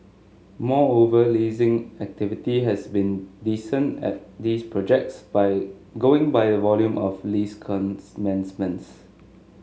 moreover leasing activity has been decent at these projects by going by the volume of lease commencements